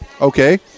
okay